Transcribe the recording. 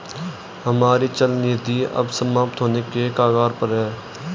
हमारी चल निधि अब समाप्त होने के कगार पर है